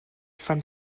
from